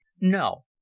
No